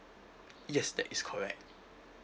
yes that is correct